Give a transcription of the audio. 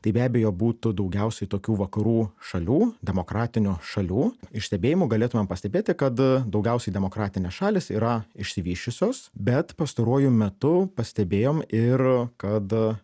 tai be abejo būtų daugiausiai tokių vakarų šalių demokratinių šalių iš stebėjimų galėtumėm pastebėti kad daugiausiai demokratinės šalys yra išsivysčiusios bet pastaruoju metu pastebėjom ir kad